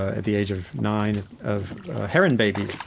at the age of nine of heron babies